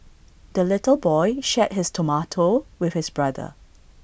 the little boy shared his tomato with his brother